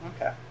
Okay